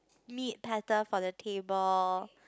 meat platter for the table